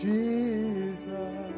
Jesus